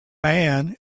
man